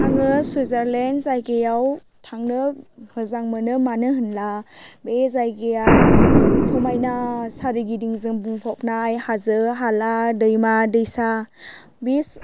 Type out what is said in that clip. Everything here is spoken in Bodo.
आङो सुइजारलेण्ड जायगायाव थांनो मोजां मोनो मानो होनब्ला बे जायगाया समायना सारिगिदिंजों बुंफबनाय हाजो हाला दैमा दैसा बे